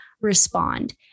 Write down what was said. respond